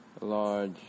large